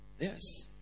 Yes